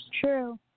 true